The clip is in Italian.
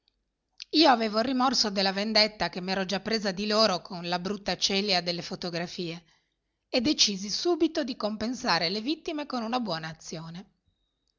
io avevo il rimorso della vendetta che m'ero già presa di loro con la brutta celia delle fotografie e decisi subito di compensare le vittime con una buona azione